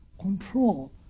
control